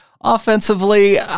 Offensively